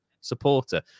supporter